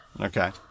okay